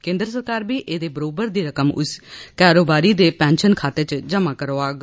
केन्द्र सरकार बी एहदे बरोबर दी रकम उस कारोबारी दे पैंशन खाते च जमा करौआग